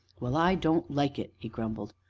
well, i don't like it, he grumbled,